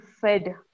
fed